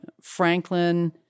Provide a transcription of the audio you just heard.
Franklin